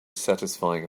satisfying